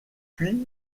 puis